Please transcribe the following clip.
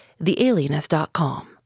thealienist.com